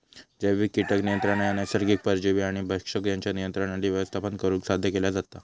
जैविक कीटक नियंत्रण ह्या नैसर्गिक परजीवी आणि भक्षक यांच्या नियंत्रण आणि व्यवस्थापन करुन साध्य केला जाता